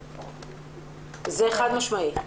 זה חד משמעי?